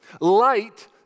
Light